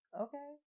Okay